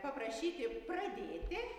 paprašyti pradėti